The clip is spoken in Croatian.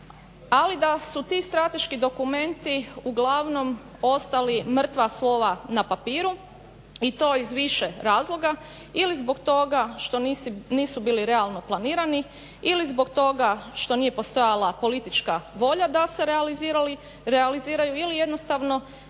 ali da su ti strateški dokumenti uglavnom ostali mrtva slova na papiru i to iz više razloga. Ili zbog toga što nisu bili realno planirani ili zbog toga što nije postojala politička volja da se realiziraju ili jednostavno